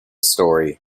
story